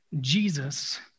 Jesus